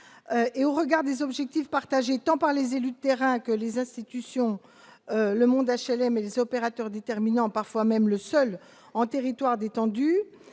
et au regard des objectifs partagés tant par les élus de terrain que les institutions le monde HLM et les opérateurs déterminant, parfois même le seul en territoire détendu,